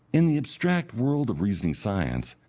in the abstract world of reasoning science,